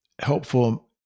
helpful